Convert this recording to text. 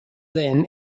then